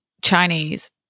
Chinese